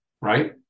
right